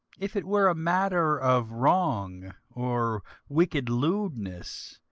if it were a matter of wrong or wicked lewdness,